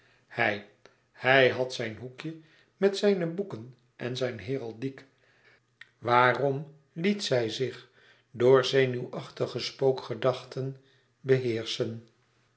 hij hij had zijn hoekje met zijne boeken en zijn heraldiek waarom liet zij zich door zenuwachtige spookgedachten beheerschen